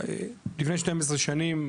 לפני 12 שנים,